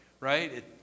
right